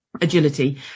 agility